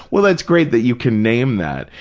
well, that's great that you can name that,